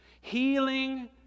Healing